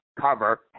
cover